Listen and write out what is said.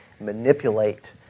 manipulate